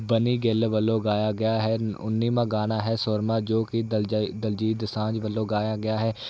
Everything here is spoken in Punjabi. ਬਨੀ ਗਿੱਲ ਵੱਲੋਂ ਗਾਇਆ ਗਿਆ ਹੈ ਉੱਨ੍ਹੀਵਾਂ ਗਾਣਾ ਹੈ ਸੁਰਮਾ ਜੋ ਕਿ ਦਲਜੇ ਦਲਜੀਤ ਦੁਸਾਂਝ ਵੱਲੋਂ ਗਾਇਆ ਗਿਆ ਹੈ